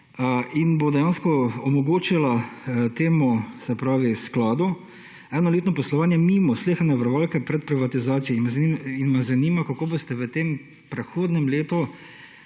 in bo dejansko omogočila temu, se pravi skladu, enoletno poslovanje mimo sleherne varovalne pred privatizacijo. In me zanima, kako boste v tem prehodnem letu